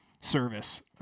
service